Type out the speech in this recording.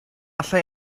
alla